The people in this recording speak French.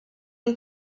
une